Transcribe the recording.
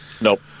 Nope